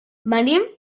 venim